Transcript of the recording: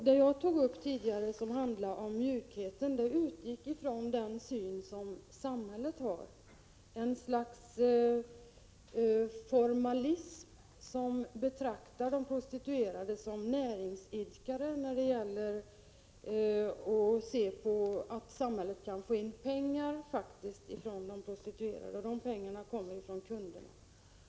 När jag tidigare tog upp mjukheten utgick jag från den syn som samhället har: ett slags formalism, där man betraktar de prostituerade som näringsidkare när samhället vill få in pengar från dem — pengar som faktiskt kommer från de prostituerades kunder.